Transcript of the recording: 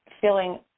feeling